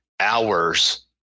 hours